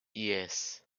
yes